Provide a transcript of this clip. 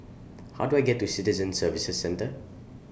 How Do I get to The Citizen Services Centre